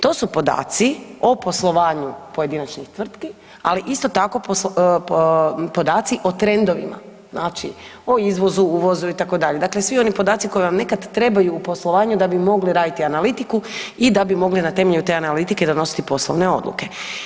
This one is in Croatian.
To su podaci o poslovanju pojedinačnih tvrtki, ali isto tako podaci o trendovima, znači o izvozu, uvozu itd., dakle svi oni podaci koji vam nekad trebaju u poslovanju da bi mogli raditi analitiku i da bi mogli na temelju te analitike donositi poslovne odluke.